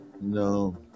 No